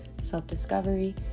self-discovery